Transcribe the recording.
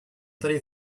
thirty